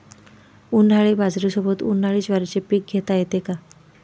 उन्हाळी बाजरीसोबत, उन्हाळी ज्वारीचे पीक घेता येते का?